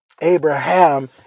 Abraham